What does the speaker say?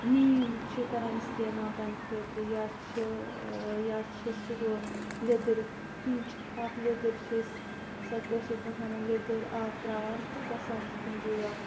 نیٖم چھِ کَران اِستمال تمہِ خٲطرٕ یا چھِ یا چھِ سُہ ہُہ لیٚدٕر پِنٛچ اکھ لیٚدٕر چھِ أسۍ سۄ کٲشِر پٲٹھۍ وَنان لیٚدٕر آب تراوان تہٕ گَژھان چھِ تِم غٲب